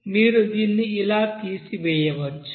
మీరు దీన్ని ఇలా తీసివేయవచ్చు